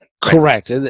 Correct